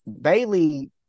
Bailey